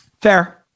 Fair